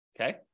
Okay